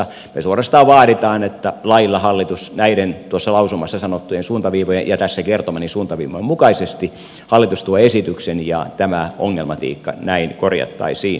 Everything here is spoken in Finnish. me suorastaan vaadimme että lailla hallitus näiden tuossa lausumassa sanottujen suuntaviivojen ja tässä kertomieni suuntaviivojen mukaisesti tuo esityksen ja tämä ongelmatiikka näin korjattaisiin